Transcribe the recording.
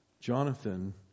Jonathan